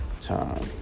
time